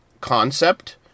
concept